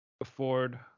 afford